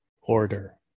order